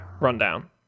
rundown